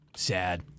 Sad